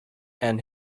and